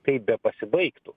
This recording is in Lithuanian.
kaip be pasibaigtų